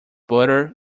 butter